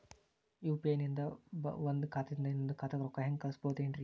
UPI ನಿಂದ ಒಂದ್ ಖಾತಾದಿಂದ ಇನ್ನೊಂದು ಖಾತಾಕ್ಕ ರೊಕ್ಕ ಹೆಂಗ್ ಕಳಸ್ಬೋದೇನ್ರಿ?